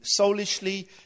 soulishly